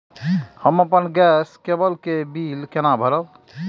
हम अपन गैस केवल के बिल केना भरब?